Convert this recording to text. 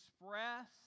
express